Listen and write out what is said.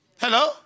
Hello